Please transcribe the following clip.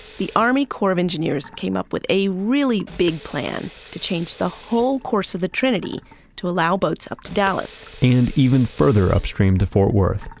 the army corps of engineers came up with a really big plan to change the whole course of the trinity to allow boats up to dallas and even further upstream to fort worth.